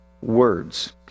words